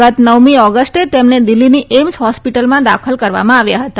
ગત નવમી ઓગષ્ટે તેમને દિલ્ફીની એઇમ્સ હોસ્પીટલમાં દાખલ કરવામાં આવ્યા હતા